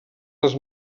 les